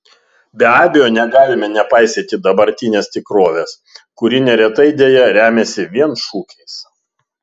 be abejo negalime nepaisyti dabartinės tikrovės kuri neretai deja remiasi vien šūkiais